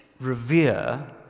revere